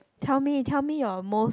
tell me tell me your most